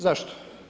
Zašto?